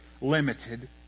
limited